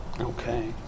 okay